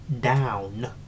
down